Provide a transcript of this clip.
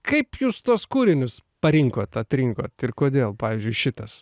kaip jūs tuos kūrinius parinkot atrinkot ir kodėl pavyzdžiui šitas